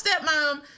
stepmom